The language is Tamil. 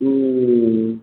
ம்